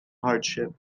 hardship